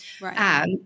Right